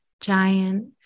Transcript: giant